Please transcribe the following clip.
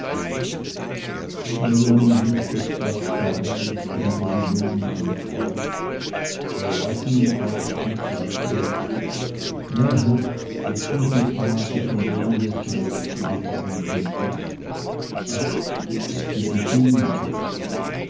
ließ das blatt fallen und rubehn nahm es auf er las nun auch und sagte ja herz das sind die tage von denen es heißt sie gefallen uns nicht ach und sie beginnen erst